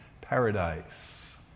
paradise